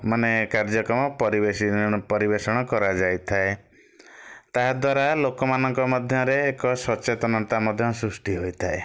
ମାନେ କାର୍ଯ୍ୟକ୍ରମ ପରିବେଷଣ ପରିବେଷଣ କରାଯାଇଥାଏ ତା ଦ୍ୱାରା ଲୋକମାନଙ୍କ ମଧ୍ୟରେ ଏକ ସଚେତନତା ମଧ୍ୟ ସୃଷ୍ଟି ହୋଇଥାଏ